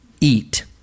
eat